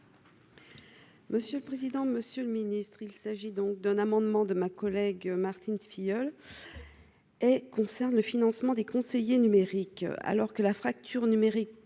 Monsieur le président, monsieur le ministre, il s'agit donc d'un amendement de ma collègue Martine Filleul et concerne le financement des conseillers numériques, alors que la fracture numérique